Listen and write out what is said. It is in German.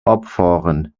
abfahren